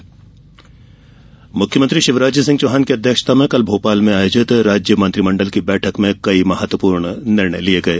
cabinet मुख्यमंत्री शिवराज सिंह चौहान की अध्यक्षता में कल भोपाल में आयोजित राज्य मंत्रिमंडल की बैठक में कई महत्वपूर्ण निर्णय लिये गये